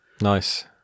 Nice